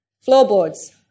floorboards